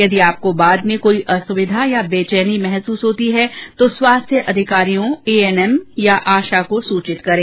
यदि आपको बाद में कोई असुविधा या बेचैनी महसूस होती है तो स्वास्थ्य अधिकारियों एएनएम आशा को सूचित करें